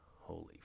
Holy